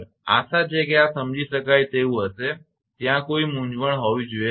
આશા છે કે આ સમજી શકાય તેવું હશે ત્યાં કોઈ મૂંઝવણ હોવી જોઈએ નહીં